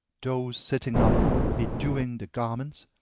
those sitting up bedewing their garments,